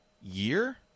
year